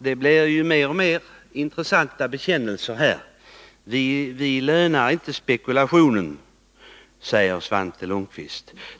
Herr talman! Det kommer mer och mer intressanta bekännelser. Vi lönar inte spekulation, säger Svante Lundkvist.